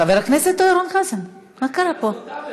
חבר הכנסת אורן חזן, מה קרה פה?